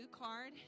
card